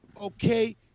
Okay